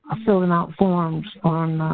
filling out forms on